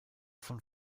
von